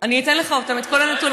אני אתן לך אותם, את כל הנתונים.